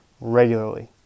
regularly